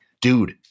dude